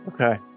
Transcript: Okay